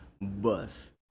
bus